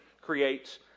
creates